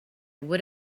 would